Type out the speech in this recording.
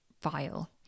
file